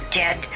dead